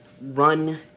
run